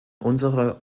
unsere